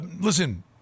Listen